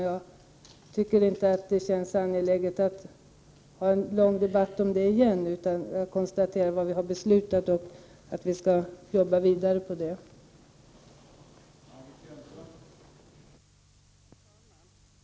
Jag tycker därför att det inte är angeläget att ha en lång debatt igen. Jag bara konstaterar att beslut har fattats och att vi skall jobba vidare med dessa frågor.